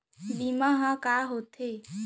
बीमा ह का होथे?